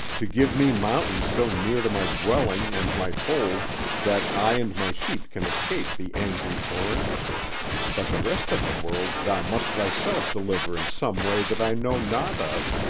to give me mountains so near to my dwelling and my fold that i and my sheep can escape the angry torrents but the rest of the world thou must thyself deliver in some way that i know not of,